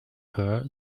her